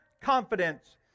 confidence